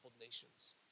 nations